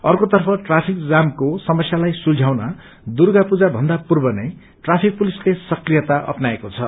अर्कोतर्फ ट्राफिक जामको समस्यालाई सुल्झ्याउन दुर्गा पूजाको भन्दा पूर्व नै ट्राफिक पुलिसले सक्रियता अप्नाएको छ